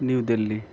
new Delhi